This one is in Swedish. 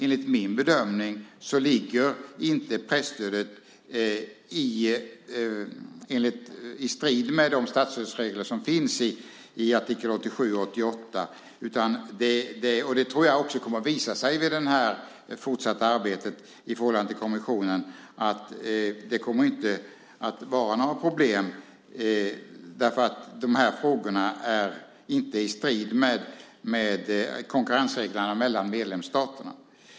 Enligt min bedömning står inte presstödet i strid med de statsstödsregler som finns i artikel 87 och 88. Det tror jag också kommer att visa sig i det fortsatta arbetet i förhållande till kommissionen. Det kommer inte att vara något problem eftersom de här frågorna inte står i strid med konkurrensreglerna mellan medlemsstaterna.